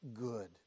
good